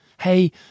hey